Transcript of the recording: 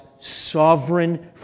sovereign